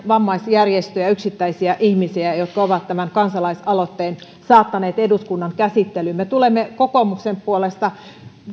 vammaisjärjestöjä ja yksittäisiä ihmisiä jotka ovat tämän kansalaisaloitteen saattaneet eduskunnan käsittelyyn me tulemme kokoomuksen puolesta